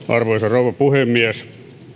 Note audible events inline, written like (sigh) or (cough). (unintelligible) arvoisa rouva puhemies